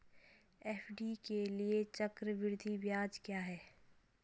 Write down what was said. FD के लिए चक्रवृद्धि ब्याज क्या है?